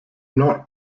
not